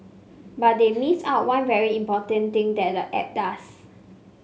but they missed out one very important thing that the app does